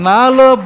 Nalo